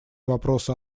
вопроса